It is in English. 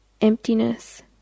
emptiness